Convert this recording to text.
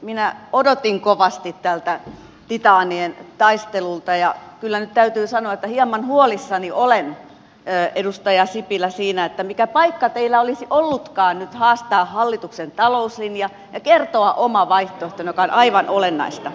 minä odotin kovasti tältä titaanien taistelulta ja kyllä nyt täytyy sanoa että hieman huolissani olen edustaja sipilä siitä mikä paikka teillä olisi ollutkaan nyt haastaa hallituksen talouslinja ja kertoa oma vaihtoehtonne mikä on aivan olennaista